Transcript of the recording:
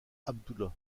abdullah